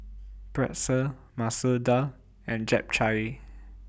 Pretzel Masoor Dal and Japchae